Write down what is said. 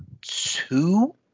two